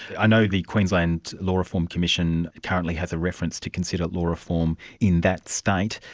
i know the queensland law reform commission currently has a reference to consider law reform in that state.